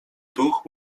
duch